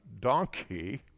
donkey